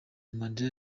mandela